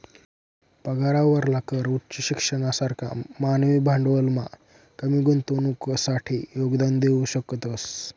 पगारावरला कर उच्च शिक्षणना सारखा मानवी भांडवलमा कमी गुंतवणुकसाठे योगदान देऊ शकतस